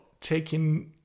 taking